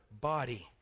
body